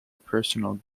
personal